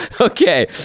okay